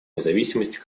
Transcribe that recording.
независимости